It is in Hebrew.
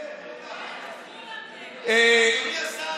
אדוני השר,